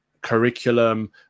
curriculum